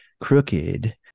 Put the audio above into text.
crooked